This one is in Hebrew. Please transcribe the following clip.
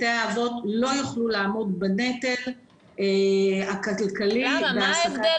בתי האבות לא יוכלו לעמוד בנטל הכלכלי בהעסקת